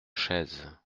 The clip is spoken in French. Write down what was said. chaises